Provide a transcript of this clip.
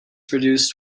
produced